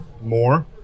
more